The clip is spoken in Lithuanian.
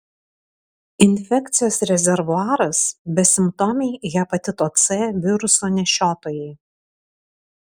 infekcijos rezervuaras besimptomiai hepatito c viruso nešiotojai